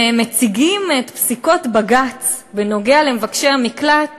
הם מציגים את פסיקות בג"ץ בנוגע למבקשי המקלט